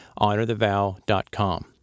honorthevow.com